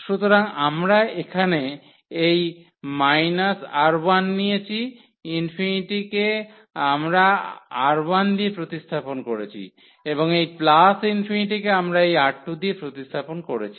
সুতরাং আমরা এখানে এই R1 নিয়েছি ∞ কে আমরা R1 দিয়ে প্রতিস্থাপন করেছি এবং এই ∞ কে আমরা এই R2 দিয়ে প্রতিস্থাপন করেছি